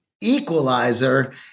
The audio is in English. equalizer